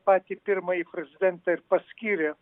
patį pirmąjį prezidentą ir paskyrė